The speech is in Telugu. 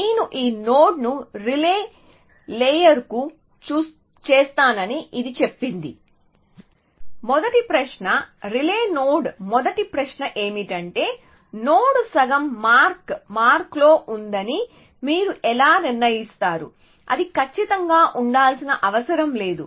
నేను ఈ నోడ్ను రిలే లేయర్కు చేస్తానని ఇది చెప్పింది మొదటి ప్రశ్న రిలే నోడ్ మొదటి ప్రశ్న ఏమిటంటే నోడ్ సగం మార్క్ మార్క్లో ఉందని మీరు ఎలా నిర్ణయిస్తారు అది ఖచ్చితంగా ఉండాల్సిన అవసరం లేదు